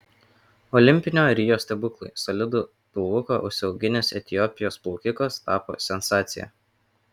olimpinio rio stebuklai solidų pilvuką užsiauginęs etiopijos plaukikas tapo sensacija